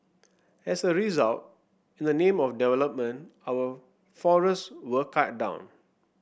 as a result in the name of development our forests were cut down